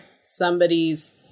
somebody's